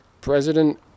president